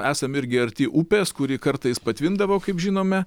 esam irgi arti upės kuri kartais patvindavo kaip žinome